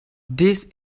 this